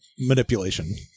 Manipulation